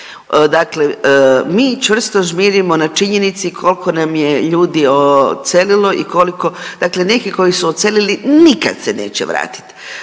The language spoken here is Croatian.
Dakle mi čvrsto žmirimo na činjenici kolko nam je ljudi odselili i koliko, dakle neki koji su odselili nikad se neće vratit.